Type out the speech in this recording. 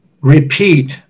repeat